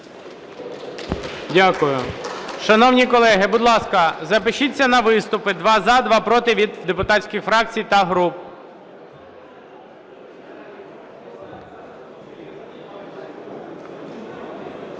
Дякую. Шановні колеги, будь ласка, запишіться на виступи: два – за, два – проти від депутатських фракцій та груп.